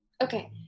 Okay